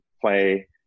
play